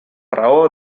raó